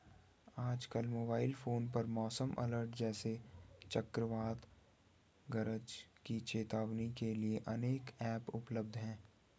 आजकल mobile phone पर मौसम अलर्ट जैसे चक्रवात गरज की चेतावनी के लिए अनेक ऐप उपलब्ध है